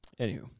Anywho